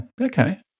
Okay